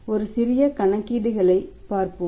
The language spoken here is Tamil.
சில சிறிய கணக்கீடுகளை பார்ப்போம்